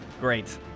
great